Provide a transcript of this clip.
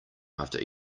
after